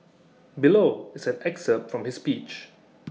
below is an excerpt from his speech